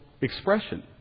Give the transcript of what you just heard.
expression